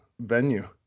venue